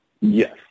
Yes